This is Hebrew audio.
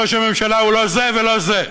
שראש הממשלה הוא לא זה ולא זה: